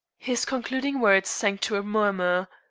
his concluding words sank to a murmur.